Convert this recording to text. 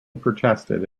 protested